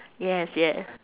yes yeah